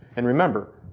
and remember,